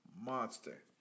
monster